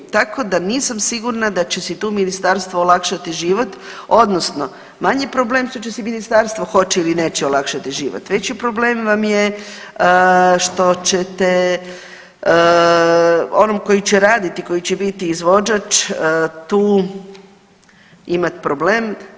Tako da nisam sigurna da će si tu ministarstvo olakšati život odnosno manji je problem što će si ministarstvo, hoće ili neće olakšati život, veći problem vam je što ćete onom koji će raditi, koji će biti izvođač tu imat problem.